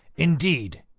indeed,